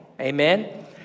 amen